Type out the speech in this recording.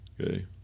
okay